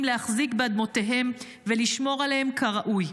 להחזיק באדמותיהם ולשמור עליהן כראוי.